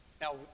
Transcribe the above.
Now